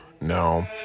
No